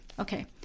Okay